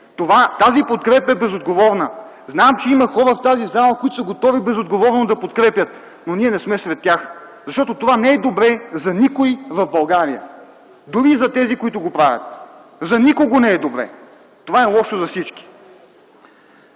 тази подкрепа е безотговорна. Знам, че в тази зала има хора, които са готови безотговорно да подкрепят, но ние не сме сред тях, защото това не е добре за никой в България, дори и за тези, които го правят. За никого не е добре! Това е лошо за всички.